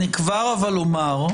אני כבר אומר,